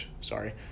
sorry